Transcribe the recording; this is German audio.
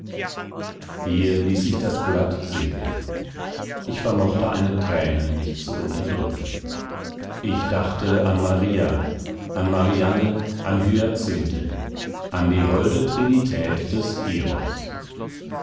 hier ließ ich das blatt sinken ich vermochte eine träne nicht zu unterdrücken ich dachte an maria an marianne an hyacinthe an die holde trinität des eros